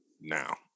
now